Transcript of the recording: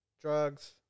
drugs